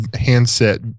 handset